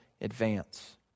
advance